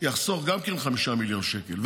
יחסוך גם כן 5 מיליון שקלים,